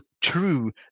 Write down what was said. true